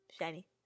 shiny